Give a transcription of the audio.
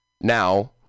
now